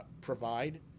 provide